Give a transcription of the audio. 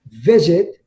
visit